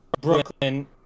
Brooklyn